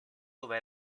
dove